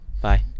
Bye